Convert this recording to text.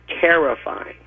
terrifying